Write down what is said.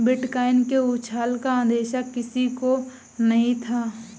bitcoin के उछाल का अंदेशा किसी को नही था